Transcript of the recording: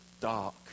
dark